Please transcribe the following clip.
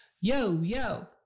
Yo-yo